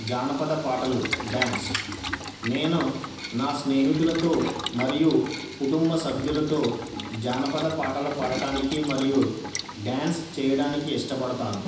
జానపద పాటలు డాన్స్ నేను నా స్నేహితులతో మరియు కుటుంబ సభ్యులతో జానపద పాటలు పాడటానికి మరియు డాన్స్ చేయడానికి ఇష్టపడతాను